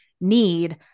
need